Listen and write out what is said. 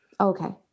Okay